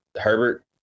Herbert